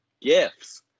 Gifts